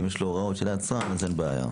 אם יש לו הוראות של היצרן אין בעיה.